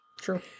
true